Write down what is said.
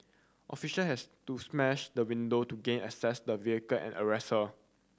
official has to smash the window to gain access the vehicle and arrest her